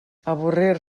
avorrir